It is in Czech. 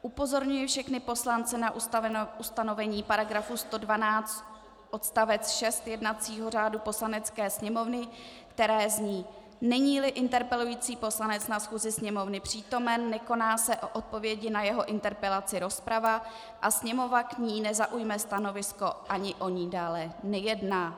Upozorňuji všechny poslance na ustanovení § 112 odst. 6 jednacího řádu Poslanecké sněmovny, které zní: Neníli interpelující poslanec na schůzi Sněmovny přítomen, nekoná se o odpovědi na jeho interpelaci rozprava a Sněmovna k ní nezaujme stanovisko ani o ní dále nejedná.